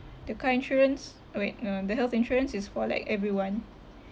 the car insurance uh wait no the health insurance is for like everyone